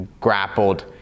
grappled